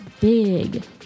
big